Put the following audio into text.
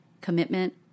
commitment